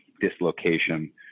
dislocation